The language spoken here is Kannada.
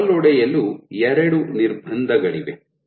ಈಗ ಕವಲೊಡೆಯಲು ಎರಡು ನಿರ್ಬಂಧಗಳಿವೆ